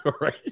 Right